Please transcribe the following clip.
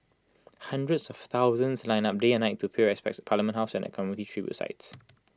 hundreds of thousands lined up day and night to pay respects at parliament house and at community tribute sites